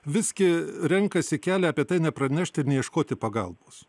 visgi renkasi kelią apie tai nepranešti ir neieškoti pagalbos